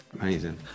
Amazing